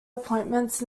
appointments